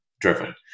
driven